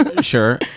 Sure